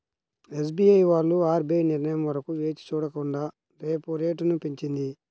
SBI వాళ్ళు RBI నిర్ణయం వరకు వేచి చూడకుండా రెపో రేటును పెంచింది